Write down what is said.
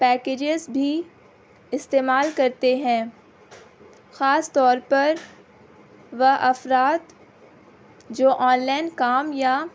packages بھی استعمال کرتے ہیں خاص طور پر وہ افراد جو آنلائن کام یا